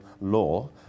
law